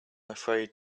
afraid